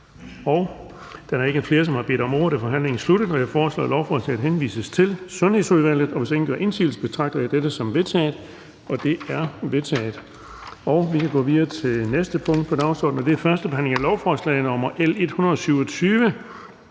Da der ikke er flere, der har bedt om ordet, er forhandlingen sluttet. Jeg foreslår, at lovforslaget henvises til Sundhedsudvalget. Hvis ingen gør indsigelse, betragter jeg dette som vedtaget. Det er vedtaget. --- Det næste punkt på dagsordenen er: 18) 1. behandling af lovforslag nr. L 127: